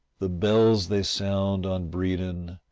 the bells they sound on bredon,